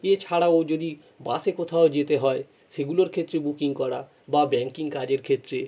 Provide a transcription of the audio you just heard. এছাড়াও যদি বাসে কোথাও যেতে হয় সেগুলোর ক্ষেত্রে বুকিং করা বা ব্যাঙ্কিং কাজের ক্ষেত্রে